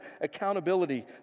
Accountability